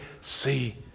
See